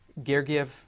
Gergiev